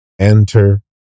enter